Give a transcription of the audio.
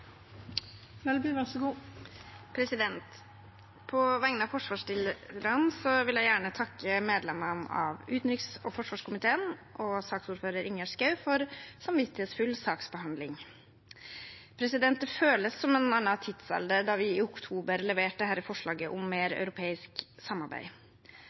På vegne av forslagsstillerne vil jeg gjerne takke medlemmene av utenriks- og forsvarskomiteen og saksordføreren, Ingjerd Schou, for samvittighetsfull saksbehandling. Det føles som vi var i en annen tidsalder da vi i oktober leverte dette forslaget om mer europeisk samarbeid.